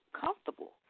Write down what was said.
comfortable